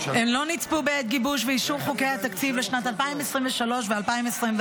שלא נצפו בעת גיבוש ואישור חוקי התקציב לשנת 2023 ו-2024.